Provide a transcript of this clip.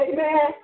Amen